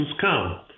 come